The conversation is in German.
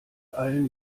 allen